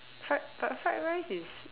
fried but fried rice is